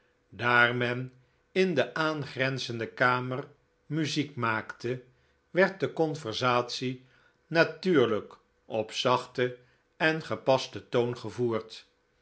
daar men in de aangrenzende kamer muziek maakte werd de conversatie natuurlijk op zachten en gepasten toon gevoerd